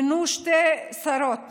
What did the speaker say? מינו שתי שרות